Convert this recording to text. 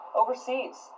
overseas